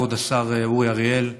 כבוד השר אורי אריאל,